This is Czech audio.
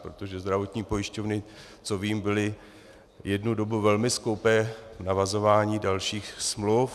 Protože zdravotní pojišťovny, co vím, byly jednu dobu velmi skoupé v navazování dalších smluv.